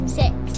six